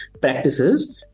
practices